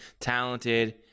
talented